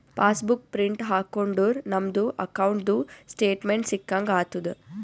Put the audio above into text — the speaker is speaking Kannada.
ಪಾಸ್ ಬುಕ್ ಪ್ರಿಂಟ್ ಹಾಕೊಂಡುರ್ ನಮ್ದು ಅಕೌಂಟ್ದು ಸ್ಟೇಟ್ಮೆಂಟ್ ಸಿಕ್ಕಂಗ್ ಆತುದ್